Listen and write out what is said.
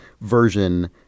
version